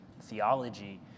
theology